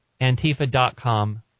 antifa.com